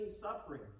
suffering